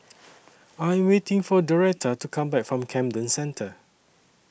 I Am waiting For Doretta to Come Back from Camden Centre